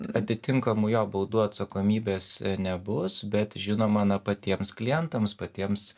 atitinkamų jo baudų atsakomybės nebus bet žinoma na patiems klientams patiems